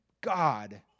God